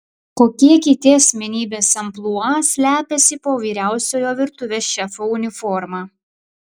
kokie kiti asmenybės amplua slepiasi po vyriausiojo virtuvės šefo uniforma